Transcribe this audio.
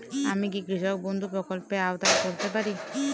আমি কি কৃষক বন্ধু প্রকল্পের আওতায় পড়তে পারি?